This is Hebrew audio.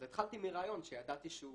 אז התחלתי מרעיון שידעתי שהוא